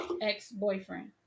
ex-boyfriend